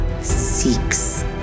seeks